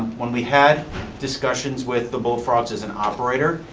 when we had discussions with the bullfrogs as an operator,